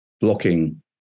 blocking